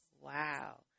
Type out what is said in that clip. Wow